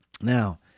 Now